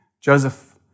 Joseph